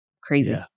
Crazy